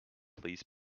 please